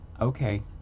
Okay